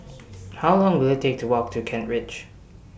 How Long Will IT Take to Walk to Kent Ridge